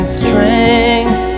strength